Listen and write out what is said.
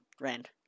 Rand